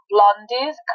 Blondie's